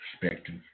perspective